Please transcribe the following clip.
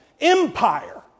empire